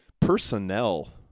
personnel